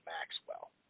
Maxwell